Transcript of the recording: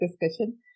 discussion